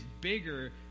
bigger